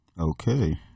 Okay